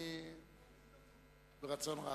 ברצון רב.